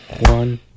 One